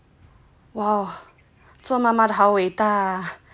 !wow! 做妈妈的好伟大